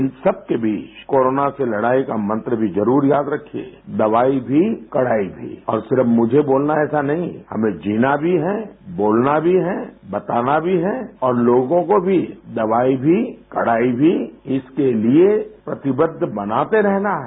इन सबके बीच कोरोना से लड़ाई का मंत्र भी जरूर याद रखिए दवाई भी कड़ाई भी और सिर्फ मुझे बोलना है ऐसा नहीं हमें जीना भी है बोलना भी है बताना भी है और लोगों को भी दवाई भी कड़ाई भी इसके लिए प्रतिबद्ध बनाते रहना है